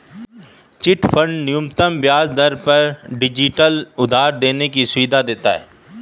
chit fund न्यूनतम ब्याज दर पर डिजिटल उधार लेने की सुविधा देता है